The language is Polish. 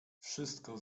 wszystko